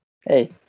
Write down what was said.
Hey